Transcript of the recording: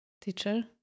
teacher